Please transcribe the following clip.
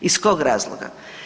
Iz kog razloga?